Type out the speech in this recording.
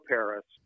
Paris